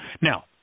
Now